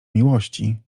miłości